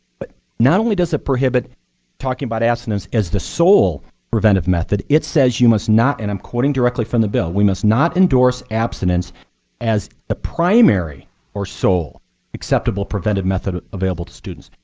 but not only does it prohibit talking about abstinence as the sole preventive method, it says you must not and i'm quoting directly from the bill we must not endorse abstinence as a primary or sole acceptable preventive method available to students.